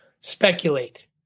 speculate